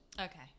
Okay